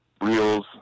reels